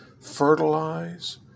fertilize